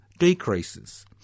decreases